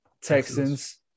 Texans